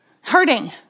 hurting